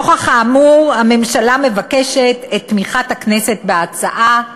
נוכח האמור, הממשלה מבקשת את תמיכת הכנסת בהצעה.